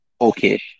Okay